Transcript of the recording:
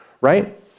right